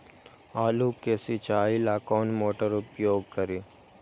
आलू के सिंचाई ला कौन मोटर उपयोग करी?